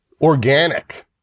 organic